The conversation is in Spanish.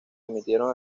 emitieron